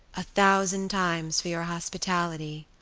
a thousand times for your hospitality,